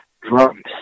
drums